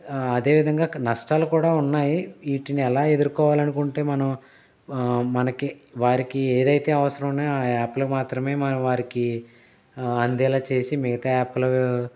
అదేవిధంగా అక్కడ నష్టాలు కూడా ఉన్నాయి వీటిని ఎలా ఎదుర్కోవాలి అనుకుంటే మనం మనకి వారికి ఏదైతే అవసరం ఉన్నాయో ఆ యాప్లు మాత్రమే మనం వారికి అందేలా చేసి మిగతా యాప్లు